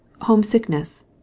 homesickness